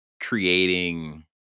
creating